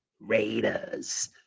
Raiders